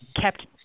kept